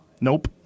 Nope